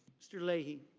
mr. lee he.